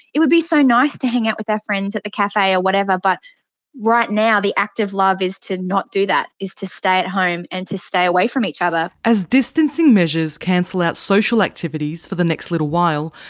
it would be so nice to hang out with their friends at a cafe or whatever. but right now the act of love is to not do that, is to stay at home and to stay away from each other. as distancing measures cancel out social activities for the next little while.